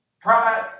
Pride